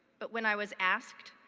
but when i was asked,